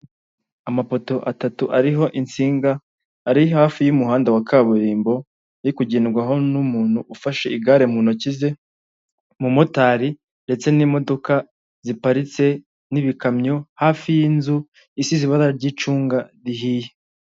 Amapoto atatu ariho insinga ari hafi y'umuhanda wa kaburimbo, iri kugendwaho n'umuntu ufashe igare mu ntoki ze, umumotari, ndetse n'imodoka ziparitse n'ibikamyo, hafi y'inzu isize ibara ry'icunga rihiye.